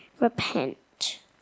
repent